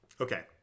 Okay